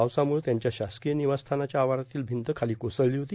पावसामु त्यांच्या शासकोय र्मनवासस्थानाच्या आवारातील र्णभंत खालो कोसळलो होती